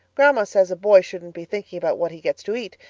grandma says a boy shouldn't be thinking about what he gets to eat,